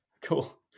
Cool